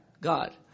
god